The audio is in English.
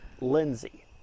Lindsay